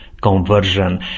conversion